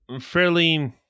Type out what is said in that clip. Fairly